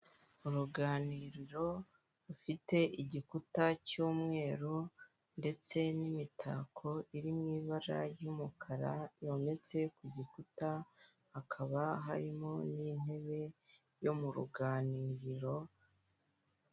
Uruganiriro rufite igikuta cy'umweru ndetse n'imitako iri mu ibara ry'umukara yometse ku gikuta hakaba harimo n'intebe yo mu ruganiriro.